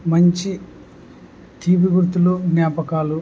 మంచి తీపి గుర్తులు జ్ఞాపకాలు